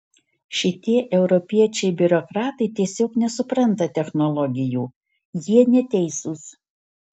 šitie europiečiai biurokratai tiesiog nesupranta technologijų jie neteisūs